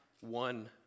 one